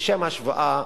ולשם השוואה,